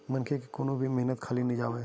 मनखे के कोनो भी मेहनत खाली नइ जावय